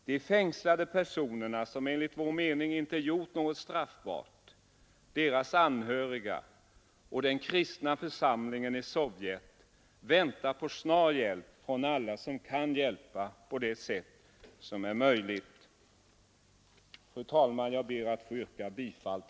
De fängslade personerna, som enligt vår mening inte gjort något straffbart, deras anhöriga och den kristna församlingen i Sovjet väntar på en snar hjälp från alla som kan hjälpa på det sätt som är möjligt.